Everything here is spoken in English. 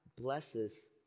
blesses